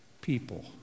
people